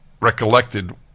recollected